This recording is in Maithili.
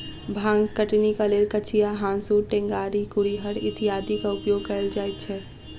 भांग कटनीक लेल कचिया, हाँसू, टेंगारी, कुरिहर इत्यादिक उपयोग कयल जाइत छै